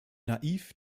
naiv